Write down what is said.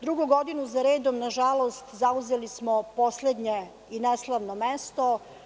Drugu godinu za redom nažalost zauzeli smo poslednje i neslavno mesto.